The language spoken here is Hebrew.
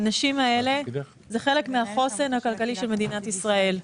האנשים האלה הם חלק מהחוסן הכלכלי של מדינת ישראל.